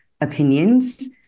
opinions